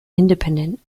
independent